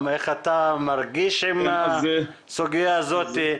איך אתה מרגיש עם הסוגיה הזאת,